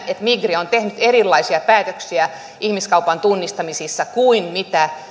että migri on tehnyt erilaisia päätöksiä ihmiskaupan tunnistamisissa kuin mitä